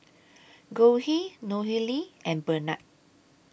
Goldie Nohely and Bernard